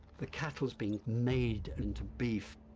the cattle's been made into beef.